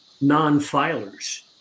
non-filers